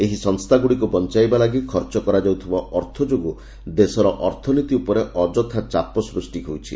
ଏହି ସଂସ୍ଥାଗୁଡ଼ିକୁ ବଞ୍ଚାଇବା ଲାଗି ଖର୍ଚ୍ଚ କରାଯାଉଥିବା ଅର୍ଥ ଯୋଗୁଁ ଦେଶର ଅର୍ଥନୀତି ଉପରେ ଅଯଥା ଚାପ ସୃଷ୍ଟି ହେଉଛି